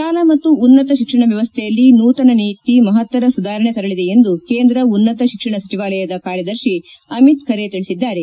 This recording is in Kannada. ಶಾಲಾ ಮತ್ತು ಉನ್ನತ ಶಿಕ್ಷಣ ವ್ಯವಸ್ಥೆಯಲ್ಲಿ ನೂತನ ನೀತಿ ಮಪತ್ತರ ಸುಧಾರಣೆ ತರಲಿದೆ ಎಂದು ಕೇಂದ್ರ ಉನ್ನತ ಶಿಕ್ಷಣ ಸಚಿವಾಲಯದ ಕಾರ್ಯದರ್ಶಿ ಅಮಿತ್ ಖರೆ ತಿಳಿಸಿದ್ದಾರೆ